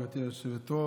גברתי היושבת-ראש.